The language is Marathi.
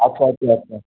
अच्छा अच्छा अच्छा